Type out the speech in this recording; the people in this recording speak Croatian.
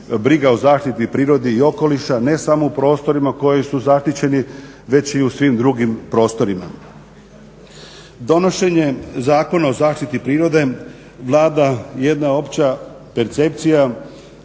briga o zaštiti prirode i okoliša, ne samo u prostorima koji su zaštićeni već i u svim drugim prostorima. Donošenje Zakona o zaštiti prirode vlada jedna opća percepcija